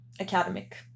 academic